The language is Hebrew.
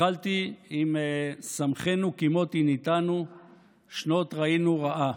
התחלתי עם "שמחנו כימות עִנִּתנו שנות ראינו רעה".